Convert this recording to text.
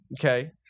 Okay